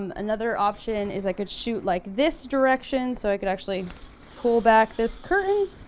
um another option is i could shoot like this direction so i could actually pull back this curtain